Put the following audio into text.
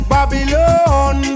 Babylon